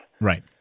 Right